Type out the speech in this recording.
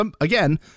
again